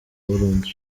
burundu